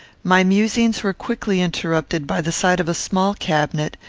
my musings were quickly interrupted by the sight of a small cabinet,